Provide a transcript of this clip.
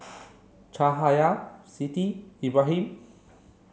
Cahaya Siti Ibrahim